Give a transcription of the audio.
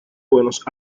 buenos